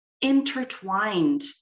intertwined